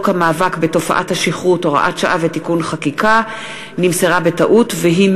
המאבק בתופעת השכרות (הוראת שעה ותיקון חקיקה) (תיקון),